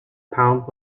pound